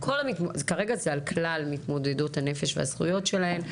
כרגע זה על כלל מתמודדות הנפש והזכויות שלהן,